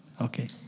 Okay